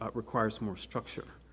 ah requires more structure.